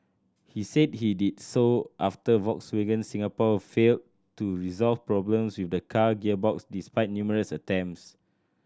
he said he did so after Volkswagen Singapore failed to resolve problems with the car gearbox despite numerous attempts